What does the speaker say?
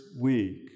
week